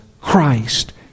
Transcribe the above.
Christ